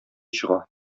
чыга